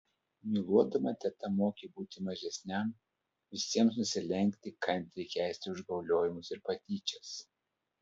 myluodama teta mokė būti mažesniam visiems nusilenkti kantriai kęsti užgauliojimus ir patyčias